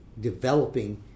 developing